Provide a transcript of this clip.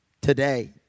today